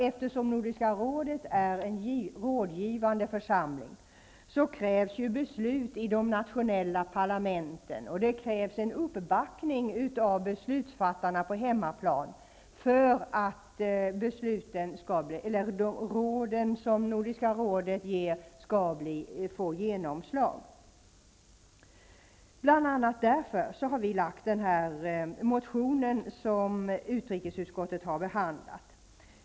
Eftersom Nordiska rådet är en rådgivande församling krävs ju beslut i de nationella parlamenten, och det krävs en uppbackning av beslutsfattarna på hemmaplan för att råden som Nordiska rådet ger skall få genomslag. Bl.a. därför har vi väckt den motion som utrikesutskottet har behandlat.